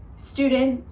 student,